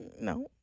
No